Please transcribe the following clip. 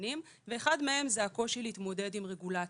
קטנים ואחד מהם הוא הקושי להתמודד עם רגולציה.